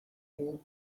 all